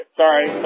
sorry